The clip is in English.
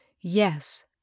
Yes